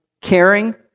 caring